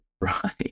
Right